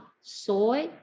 Soy